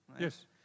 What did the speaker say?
Yes